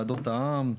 ועדות העם,